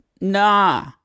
nah